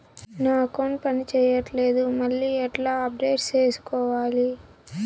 నా అకౌంట్ పని చేయట్లేదు మళ్ళీ ఎట్లా అప్డేట్ సేసుకోవాలి?